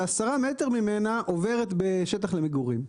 ועשרה מטר ממנה עוברת בשטח למגורים.